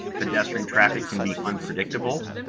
pedestrian traffic can be unpredictable.